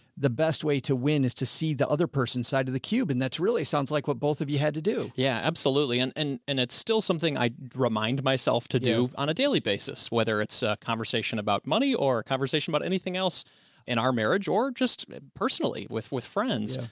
the best way to win is to see the other person's side of the cube. and that's really sounds like what both of you had to do. andy yeah, absolutely. and, and and it's still something i remind myself to do on a daily basis, whether it's a conversation about money or conversation about anything else in our marriage or just personally with, with friends.